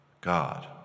God